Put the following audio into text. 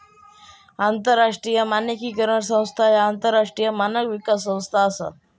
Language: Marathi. आंतरराष्ट्रीय मानकीकरण संस्था ह्या आंतरराष्ट्रीय मानक विकास संस्था असा